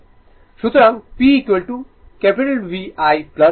সুতরাং P VI V ' I